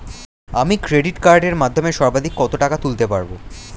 আমি ক্রেডিট কার্ডের মাধ্যমে সর্বাধিক কত টাকা তুলতে পারব?